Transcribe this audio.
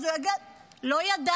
אז הוא יגיד: לא ידעתי.